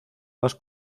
más